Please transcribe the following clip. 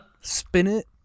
Spin-it